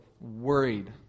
worried